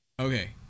okay